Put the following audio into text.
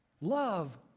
Love